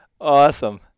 awesome